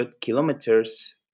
kilometers